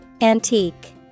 antique